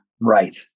right